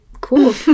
cool